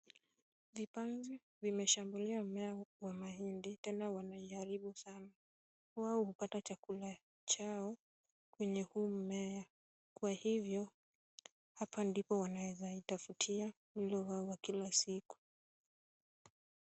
Vipanzi vimeshambulia mmea wa mahindi tena wanaiharibu sana. Wao hupata chakula chao kwenye huu mmea kwa hivyo hapa ndipo wanaeza itafutia mlo wao wa kila siku.